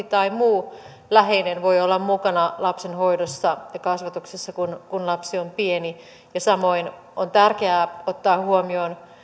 tai muu läheinen voi olla mukana lapsen hoidossa ja kasvatuksessa kun kun lapsi on pieni samoin on tärkeää ottaa huomioon